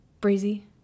breezy